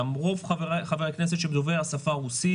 גם רוב חברי הכנסת דוברי השפה הרוסית,